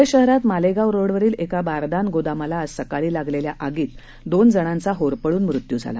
धुळे शहरात मालेगाव रोडवरील एका बारदान गोदामाला आज सकाळी लागलेल्या आगीत दोन जणांचा होरपळून मृत्यू झाला